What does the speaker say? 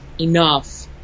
enough